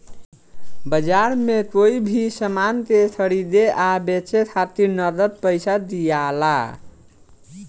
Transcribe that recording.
बाजार में कोई भी सामान के खरीदे आ बेचे खातिर नगद पइसा दियाला